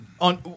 On